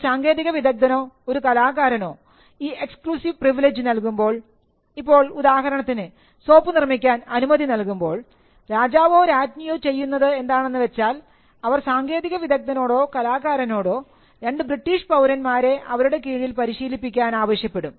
ഒരു സാങ്കേതിക വിദഗ്ധനോ ഒരു കലാകാരനോ ഈ എക്സ്ക്ലൂസീവ് പ്രിവിലേജ് നൽകുമ്പോൾ ഇപ്പോൾ ഉദാഹരണത്തിന് സോപ്പ് നിർമിക്കാൻ അനുമതി നൽകുമ്പോൾ രാജാവോ രാജ്ഞിയോ ചെയ്യുന്നത് എന്താണെന്ന് വെച്ചാൽ അവർ സാങ്കേതിക വിദഗ്ധനോടോ കലാകാരനോടോ 2 ബ്രിട്ടീഷ് പൌരന്മാരെ അവരുടെ കീഴിൽ പരിശീലിപ്പിക്കാൻ ആവശ്യപ്പെടും